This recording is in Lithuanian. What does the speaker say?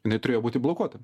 jinai turėjo būti blokuota